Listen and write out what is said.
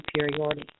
superiority